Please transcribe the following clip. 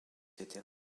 etc